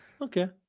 Okay